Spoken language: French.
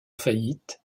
faillite